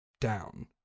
down